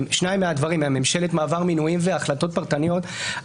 ממשלת המעבר מינויים והחלטות פרטניות,